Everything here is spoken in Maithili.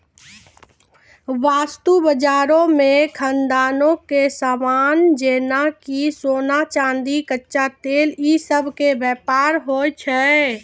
वस्तु बजारो मे खदानो के समान जेना कि सोना, चांदी, कच्चा तेल इ सभ के व्यापार होय छै